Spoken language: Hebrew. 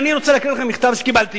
אני רוצה להקריא לכם מכתב שקיבלתי